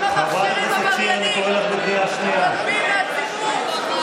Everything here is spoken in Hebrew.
ככה מכשירים עבריינים במדינת ישראל.